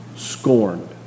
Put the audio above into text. scorned